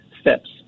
steps